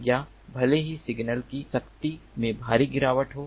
या भले ही सिग्नल की शक्ति में भारी गिरावट हो